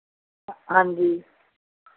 हां जी